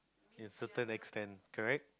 to a certain extent correct